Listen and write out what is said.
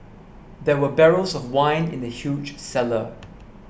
there were barrels of wine in the huge cellar